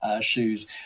shoes